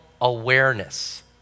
awareness